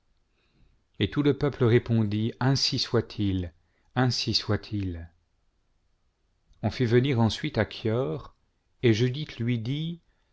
et tout le peuple répondit ainsi soit-il ainsi soit-il on fit venir ensuite achior et judith lui dit